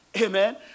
Amen